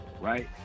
right